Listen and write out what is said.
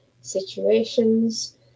situations